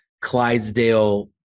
Clydesdale